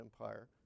Empire